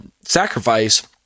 sacrifice—